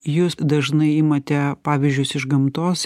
jūs dažnai imate pavyzdžius iš gamtos